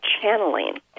channeling